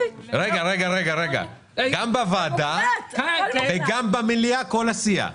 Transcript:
גם בוועדה וגם במליאה, כל הסיעה.